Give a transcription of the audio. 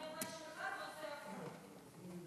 אומר משהו אחד ועושה משהו הופך.